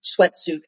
sweatsuit